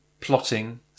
plotting